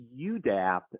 UDAP